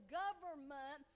government